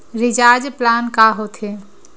Recharge plan का होथे?